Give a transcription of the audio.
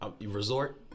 Resort